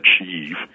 achieve